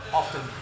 often